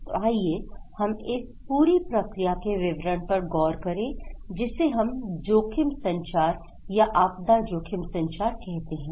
तो आइए हम इस पूरी प्रक्रिया के विवरण पर गौर करें जिसे हम जोखिम संचार या आपदा जोखिम संचार कहते हैं